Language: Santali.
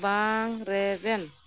ᱵᱟᱝ ᱨᱮᱵᱮᱱ